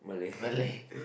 Malay